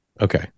Okay